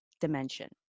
dimension